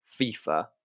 FIFA